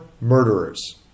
murderers